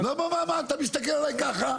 מה אתה מסתכל עליי ככה?